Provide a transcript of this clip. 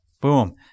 Boom